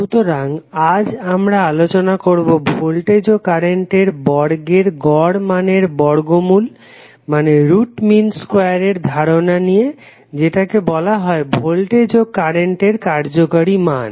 সুতরাং আজ আমরা আলোচনা করবো ভোল্টেজ ও কারেন্টের বর্গের গড় মানের বর্গমূল এর ধারণা নিয়ে যেটাকে বলা হয় ভোল্টেজ ও কারেন্টের কার্যকারী মান